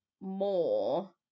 more